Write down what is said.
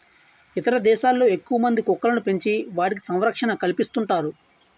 ఇతర దేశాల్లో ఎక్కువమంది కుక్కలను పెంచి వాటికి సంరక్షణ కల్పిస్తుంటారు